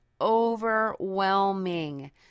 overwhelming